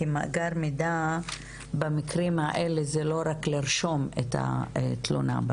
כי מאגר מידע במקרים האלה זה לא רק לרשום את התלונה.